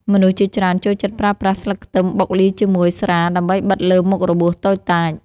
មនុស្សជាច្រើនចូលចិត្តប្រើប្រាស់ស្លឹកខ្ទឹមបុកលាយជាមួយស្រាដើម្បីបិទលើមុខរបួសតូចតាច។